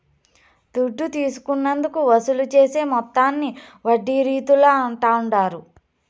దుడ్డు తీసుకున్నందుకు వసూలు చేసే మొత్తాన్ని వడ్డీ రీతుల అంటాండారు